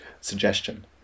suggestion